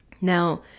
Now